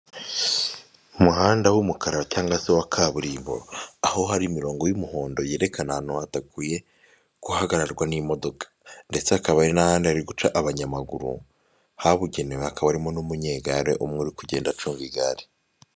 Umuhanda w'umukara cyangwa se wa kaburimbo aho hari imirongo y'umuhondo yerekana ahantu hateguwe guhagararwa n'imodoka, ndetse hakaba hari n'ahandi hari guca abanyamaguru habugenewe hakaba harimo n'umunyegare umwe uri kugenda acunga igare.